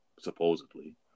supposedly